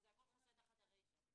כי זה הכל חוסה תחת הרישה.